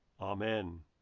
amen